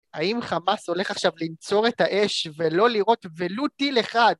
האם חמאס הולך עכשיו לנצור את האש ולא לירות ולו טיל אחד?